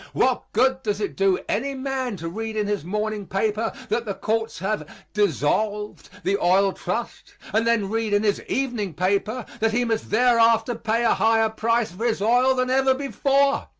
what good does it do any man to read in his morning paper that the courts have dissolved the oil trust, and then read in his evening paper that he must thereafter pay a higher price for his oil than ever before?